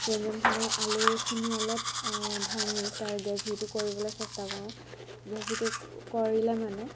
ব্যঞ্জনখনৰ আলুখিনি অলপ ভাঙি তাৰ গ্ৰেভীটো কৰিবলৈ চেষ্টা কৰোঁ গ্ৰেভীটো কৰিলে মানে